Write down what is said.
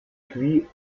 cuits